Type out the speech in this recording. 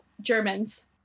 Germans